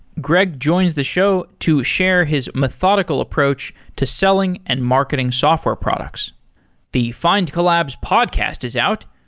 greg joins the show to share his methodical approach to selling and marketing software products the findcollabs podcast is out.